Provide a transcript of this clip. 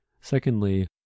Secondly